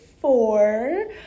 four